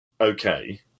okay